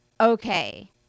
okay